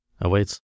awaits